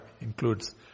includes